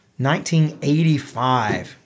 1985